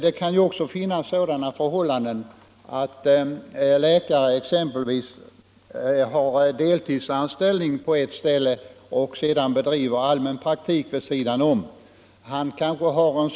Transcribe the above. Det kan också finnas sådana förhållanden som att läkaren exempelvis har deltidsanställning på ett ställe och sedan bedriver allmän praktik vid sidan om denna anställning.